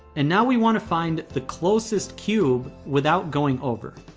and now we want to find the closest cube without going over.